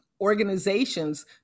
organizations